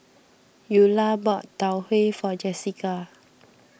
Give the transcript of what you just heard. Ula bought Tau Huay for Jessika